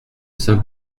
saint